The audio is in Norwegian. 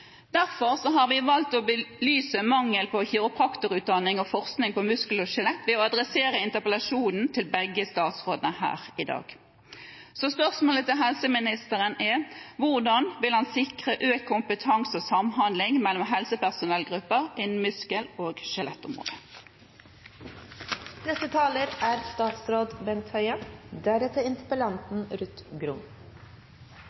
har vi valgt å belyse mangel på kiropraktorutdanning og forskning på muskel og skjelett ved å adressere interpellasjoner til begge statsrådene her i dag. Så spørsmålet til helseministeren er: Hvordan vil han sikre økt kompetanse og samhandling mellom helsepersonellgrupper innen muskel- og